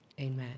Amen